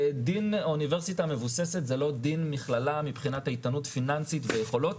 דין אוניברסיטה מבוססת זה לא דין מכללה מבחינת איתנות פיננסית ויכולות,